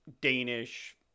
Danish